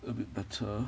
a bit better